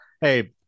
hey